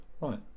Right